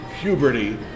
puberty